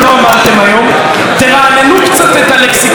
תרעננו קצת את הלקסיקון המיושן שלכם.